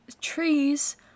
trees